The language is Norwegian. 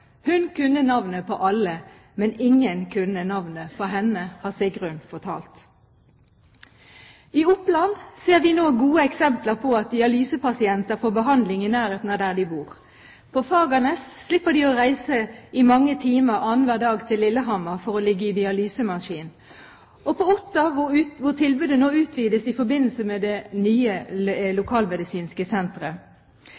Hun kunne navnet på alle, men ingen kunne navnet på henne, har Sigrun fortalt. I Oppland ser vi nå gode eksempler på at dialysepasienter får behandling i nærheten av der de bor. På Fagernes slipper de å reise i mange timer annenhver dag til Lillehammer for å ligge i dialysemaskin. Og på Otta utvides nå tilbudet i forbindelse med det nye